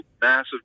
massive